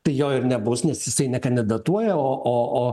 tai jo ir nebus nes jisai nekandidatuoja o o o